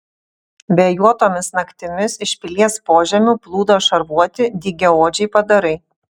vėjuotomis naktimis iš pilies požemių plūdo šarvuoti dygiaodžiai padarai